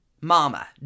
mama